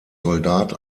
soldat